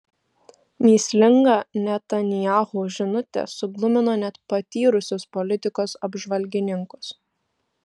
mįslinga netanyahu žinutė suglumino net patyrusius politikos apžvalgininkus